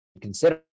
consider